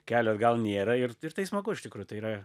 kelio atgal nėra ir ir tai smagu iš tikrųjų tai yra